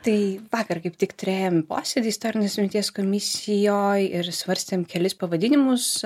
tai vakar kaip tik turėjom posėdį istorinės atminties komisijoj ir svarstėm kelis pavadinimus